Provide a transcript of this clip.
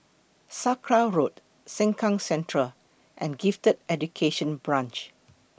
Sakra Road Sengkang Central and Gifted Education Branch